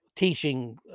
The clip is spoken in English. teaching